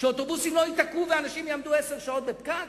שאוטובוסים לא ייתקעו ואנשים לא יעמדו עשר שעות בפקק?